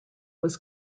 was